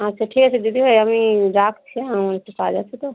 আচ্ছা ঠিক আছে দিদিভাই আমি রাখছি হ্যাঁ আমি একটু কাজ আছে তো